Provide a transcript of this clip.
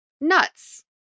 nuts